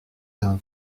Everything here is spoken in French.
d’un